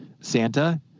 Santa